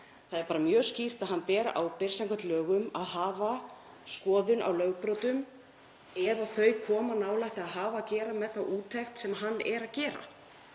Það er mjög skýrt að hann ber þá ábyrgð samkvæmt lögum að hafa skoðun á lögbrotum ef þau koma nálægt eða hafa að gera með þá úttekt sem hann er að gera.